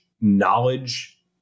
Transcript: knowledge